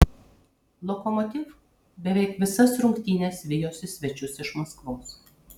lokomotiv beveik visas rungtynes vijosi svečius iš maskvos